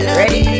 ready